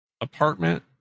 apartment